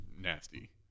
nasty